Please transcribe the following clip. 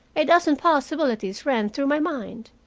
a dozen possibilities ran through my mind.